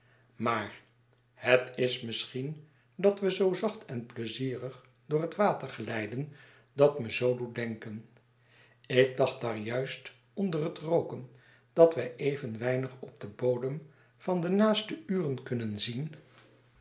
maar het is misschien dat we zoo zacht en pleizierig door het water glijden dat me zoo doet denken ik dacht daar juist onder het rooken dat wij even weinig op den bodem van de naaste uren kunnen zien